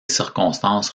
circonstances